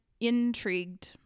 intrigued